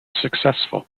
successful